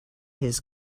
his